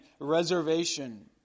reservation